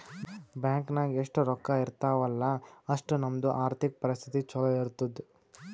bank ನಾಗ್ ಎಷ್ಟ ರೊಕ್ಕಾ ಇರ್ತಾವ ಅಲ್ಲಾ ಅಷ್ಟು ನಮ್ದು ಆರ್ಥಿಕ್ ಪರಿಸ್ಥಿತಿ ಛಲೋ ಇರ್ತುದ್